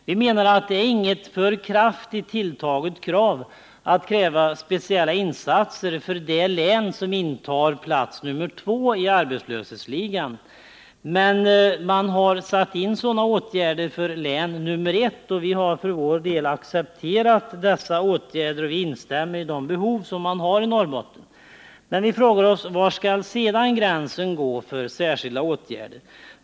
Vi menar att det inte är ett för kraftigt tilltaget krav att kräva speciella insatser för det län som intar plats nummer två i arbetslöshetsligan. Men sådana åtgärder har satts in för län nummer ett, och vi har för vår del accepterat dessa åtgärder och instämmer i de behov som finns i Norrbotten. Men vi frågar oss var gränsen skall gå för särskilda åtgärder.